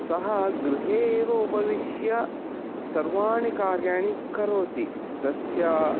सः गृहे एव उपविश्य सर्वाणि कार्याणि करोति तस्य